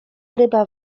ryba